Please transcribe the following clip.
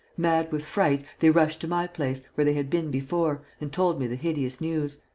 mad with fright, they rushed to my place, where they had been before, and told me the hideous news.